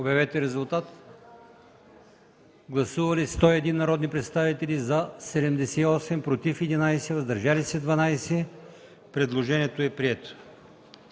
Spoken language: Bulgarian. бъдат в залата. Гласували 150 народни представители: за 49, против 47, въздържали се 54. Предложението не е прието.